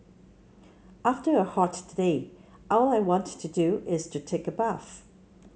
after a hot day all I want to do is to take a bath